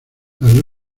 las